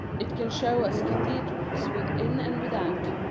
it can show us cathedrals within and without.